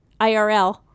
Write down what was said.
IRL